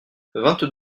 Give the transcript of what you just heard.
vingt